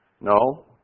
No